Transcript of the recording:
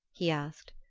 he asked.